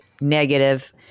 Negative